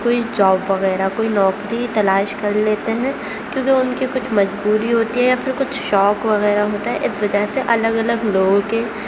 کوئی جاب وغیرہ کوئی نوکری تلاش کر لیتے ہیں کیونکہ ان کی کچھ مجبوری ہوتی ہے یا پھر کچھ شوق وغیرہ ہوتا ہے اس وجہ سے الگ الگ لوگوں کے